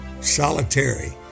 solitary